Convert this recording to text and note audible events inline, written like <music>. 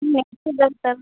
<unintelligible>